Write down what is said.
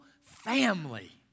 family